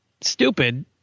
Stupid